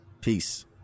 Peace